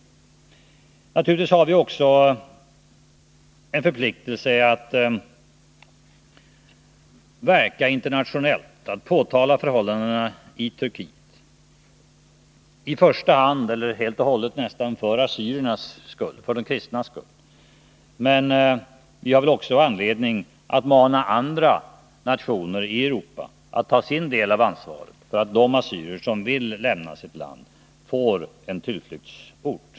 Dels har vi naturligtvis också en förpliktelse att verka internationellt, att påtala förhållandena i Turkiet, för assyriernas skull, för de kristnas skull. Vi har också anledning att mana andra nationer i Europa att ta sin del av ansvaret för att de assyrier som vill lämna sitt land får en tillflyktsort.